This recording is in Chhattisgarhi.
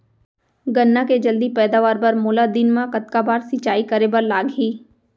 गन्ना के जलदी पैदावार बर, मोला दिन मा कतका बार सिंचाई करे बर लागही?